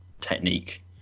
technique